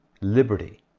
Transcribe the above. Liberty